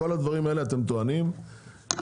כל הדברים האלה אתם טוענים שגורמים